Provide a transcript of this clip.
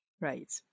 Right